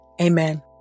Amen